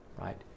right